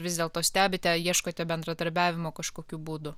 vis dėlto stebite ieškote bendradarbiavimo kažkokiu būdu